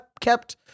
kept